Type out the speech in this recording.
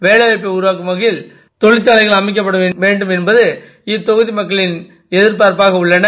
வேலைவாய்ப்பைஉருவாக்கும்வகையில்கொழிற்சாலைகள் அமைக்கவேண்டும்என்பதேஇத்தொகுதிமக்களின்எதிர்பார் ப்பாகஉள்ளன